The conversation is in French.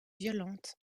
violente